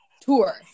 Tour